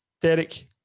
Derek